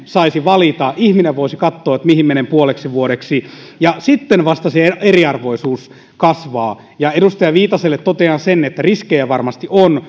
edes saisi valita ihminen voisi katsoa mihin menee puoleksi vuodeksi ja sitten vasta se eriarvoisuus kasvaa edustaja viitaselle totean sen että riskejä varmasti on